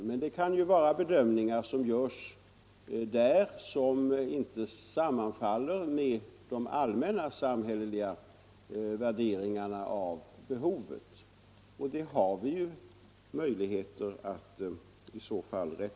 Men det kan ju inom forskningen göras bedömningar som inte sammanfaller med de allmänna samhälleliga värderingarna av behovet, och vi har i så fall möjligheter att rätta till det.